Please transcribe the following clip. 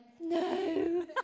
no